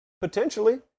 Potentially